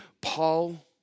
Paul